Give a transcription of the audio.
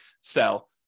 sell